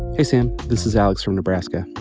hey, sam. this is alex from nebraska.